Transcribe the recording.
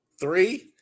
Three